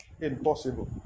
impossible